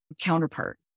counterpart